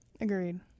agreed